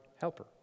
helper